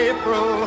April